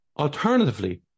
Alternatively